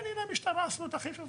כן, הנה, המשטרה עשו את החישוב.